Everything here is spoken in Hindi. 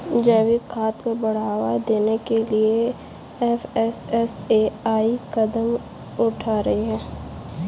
जैविक खाद को बढ़ावा देने के लिए एफ.एस.एस.ए.आई कदम उठा रही है